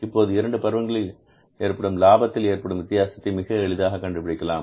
இப்போது இரண்டு பருவங்களில் ஏற்படும் லாபத்தில் ஏற்படும் வித்தியாசத்தை மிக எளிதாக கண்டுபிடிக்கலாம்